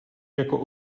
jako